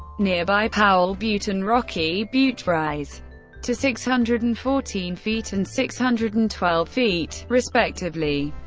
nearby powell butte and rocky butte rise to six hundred and fourteen feet and six hundred and twelve feet, respectively.